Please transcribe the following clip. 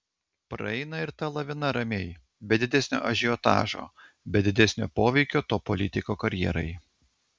praeina ir ta lavina ramiai be didesnio ažiotažo be didesnio poveikio to politiko karjerai